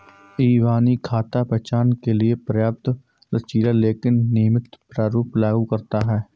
इबानी खाता पहचान के लिए पर्याप्त लचीला लेकिन नियमित प्रारूप लागू करता है